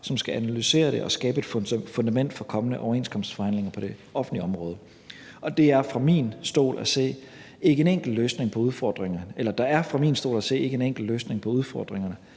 som skal analysere det og skabe et fundament for kommende overenskomstforhandlinger på det offentlige område. Der er fra min stol at se ikke en enkelt løsning på udfordringerne